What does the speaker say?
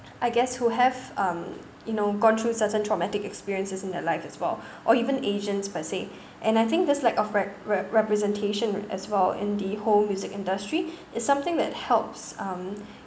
I guess who have um you know gone through certain traumatic experiences in their life as well or even asians per se and I think there's lack of re~ re~ representation as well in the whole music industry it's something that helps um